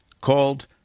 called